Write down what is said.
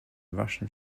russian